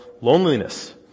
loneliness